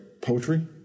poetry